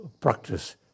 practice